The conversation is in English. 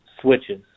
switches